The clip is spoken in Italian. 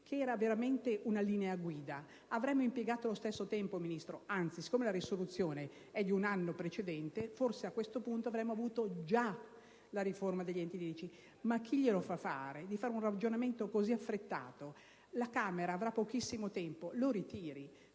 che era davvero una linea guida. Avremmo impiegato lo stesso tempo, signor Ministro, anzi, poiché la risoluzione è di un anno precedente, forse a questo punto avremmo avuto già la riforma degli enti lirici. Ma chi glielo fa fare di portare avanti un ragionamento così affrettato? La Camera dei deputati avrà pochissimo tempo per